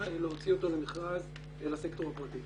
היא להוציא אותו למכרז אל הסקטור הפרטי